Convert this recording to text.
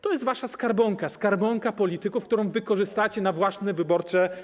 To jest wasza skarbonka, skarbonka polityków, którą wykorzystacie na własne cele wyborcze.